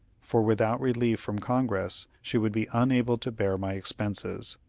for without relief from congress she would be unable to bear my expenses.